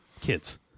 kids